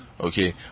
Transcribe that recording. Okay